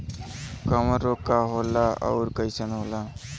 कवक रोग का होला अउर कईसन होला?